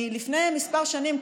לפני כמה שנים,